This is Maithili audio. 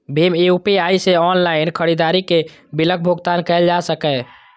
भीम यू.पी.आई सं ऑनलाइन खरीदारी के बिलक भुगतान कैल जा सकैए